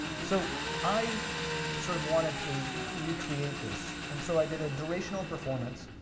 so i sort of wanted to recreate this, and so i did a durational performance,